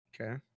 Okay